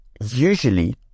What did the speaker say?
usually